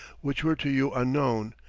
which were to you unknown,